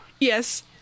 Yes